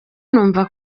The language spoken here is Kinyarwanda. numva